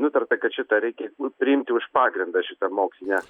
nutarta kad šitą reikia priimti už pagrindą šitą mokslinę